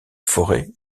forêt